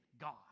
God